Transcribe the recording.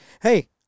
Hey